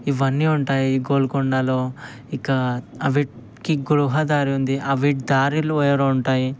ఇవన్నీ ఉంటాయి గోల్కొండలో ఇక అవి కి గృహదారి ఉంది అవి కి దారులు వేరు ఉంటాయి